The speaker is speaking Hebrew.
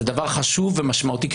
זה דבר חשוב ומשמעותי,